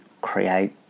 create